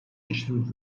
işsiz